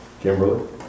Kimberly